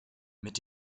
mit